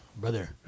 brother